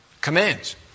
Commands